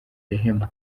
rehema